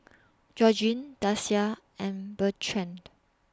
Georgine Dasia and Bertrand